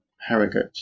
harrogate